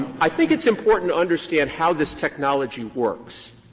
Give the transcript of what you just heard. i think it's important to understand how this technology works.